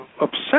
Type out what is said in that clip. upset